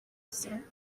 sir